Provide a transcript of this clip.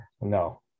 no